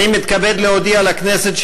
אני מתכבד להודיע לכנסת,